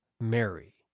Mary